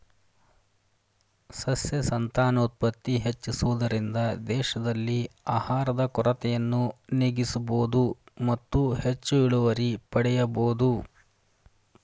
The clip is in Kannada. ಸಸ್ಯ ಸಂತಾನೋತ್ಪತ್ತಿ ಹೆಚ್ಚಿಸುವುದರಿಂದ ದೇಶದಲ್ಲಿ ಆಹಾರದ ಕೊರತೆಯನ್ನು ನೀಗಿಸಬೋದು ಮತ್ತು ಹೆಚ್ಚು ಇಳುವರಿ ಪಡೆಯಬೋದು